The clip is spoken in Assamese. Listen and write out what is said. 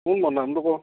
কোন বাৰু নামটো ক